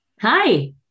Hi